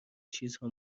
چیزا